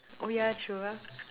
oh yeah true ah